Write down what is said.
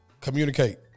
Communicate